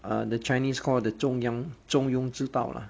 err the chinese call the 中央中庸之道 lah